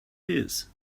his